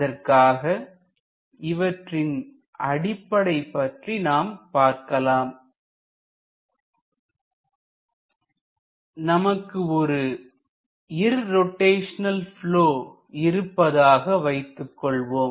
அதற்காக இவற்றின் அடிப்படை பற்றி நாம் பார்க்கலாம் நமக்கு ஒரு இர்ரோட்டைஷனல் ப்லொ இருப்பதாக வைத்துக்கொள்வோம்